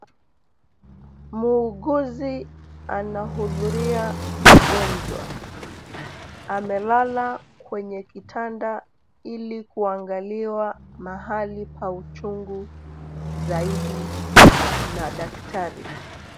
Muuguzi anahudhuria mgonjwa, amelala kwenye kitanda ili kuangaliwa mahali pa uchungu zaidi na daktari.